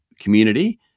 community